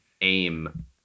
AIM